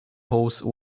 hose